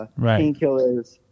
painkillers